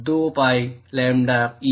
2 pi lambda E